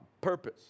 purpose